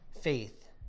faith